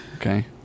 Okay